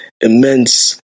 immense